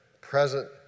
present